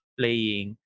playing